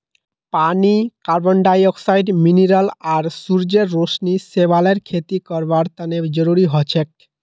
पानी carbon dioxide mineral आर सूरजेर रोशनी शैवालेर खेती करवार तने जरुरी हछेक